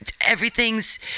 everything's